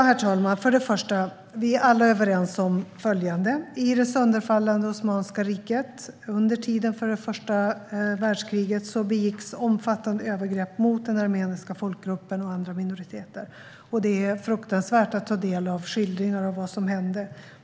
Herr talman! Vi är alla överens om följande: I det sönderfallande Osmanska riket, under första världskriget, begicks omfattande övergrepp mot den armeniska folkgruppen och andra minoriteter. Det är fruktansvärt att ta del av skildringar av vad som hände.